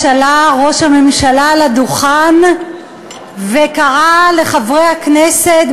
עלה ראש הממשלה לדוכן וקרא לחברי הכנסת,